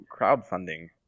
crowdfunding